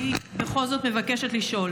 אני בכל זאת מבקשת לשאול